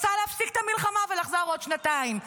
רצה להפסיק את המלחמה ולחזור עוד שנתיים.